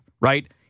right